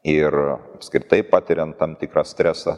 ir apskritai patiriant tam tikrą stresą